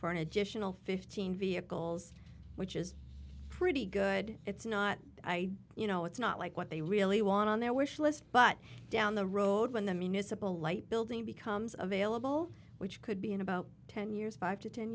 for an additional fifteen vehicles which is pretty good it's not i you know it's not like what they really want on their wish list but down the road when the municipal light building becomes available which could be in about ten years five to ten